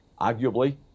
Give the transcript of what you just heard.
arguably